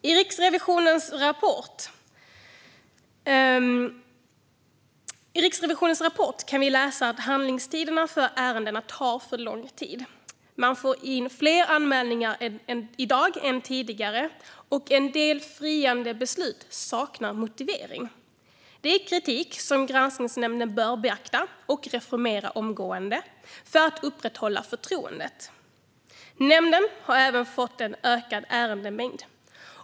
I Riksrevisionens rapport kan vi läsa att handläggningstiderna för ärendena är för lång. Man får in fler anmälningar i dag än tidigare, och en del friande beslut saknar motivering. Detta är kritik som granskningsnämnden bör beakta, och den bör omgående göra reformer för att upprätthålla förtroendet. Nämnden har även fått en ökad ärendemängd.